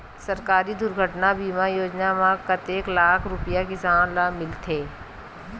सहकारी दुर्घटना बीमा योजना म कतेक लाख रुपिया किसान ल मिलथे?